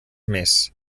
més